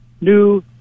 new